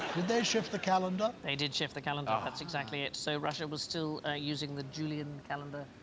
did they shift the calendar? they did shift the calendar. that's exactly it so russia was still ah using the julian calendar,